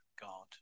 God